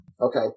Okay